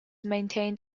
maintained